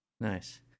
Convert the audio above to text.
Nice